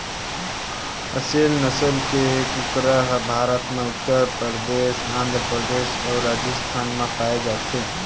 असेल नसल के कुकरा ह भारत म उत्तर परदेस, आंध्र परदेस अउ राजिस्थान म पाए जाथे